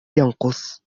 ينقص